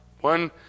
one